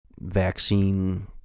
vaccine